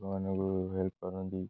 ଲୋକମାନଙ୍କୁ ହେଲ୍ପ କରନ୍ତି